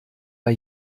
bei